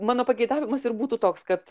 mano pageidavimas ir būtų toks kad